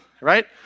Right